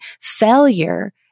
Failure